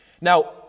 Now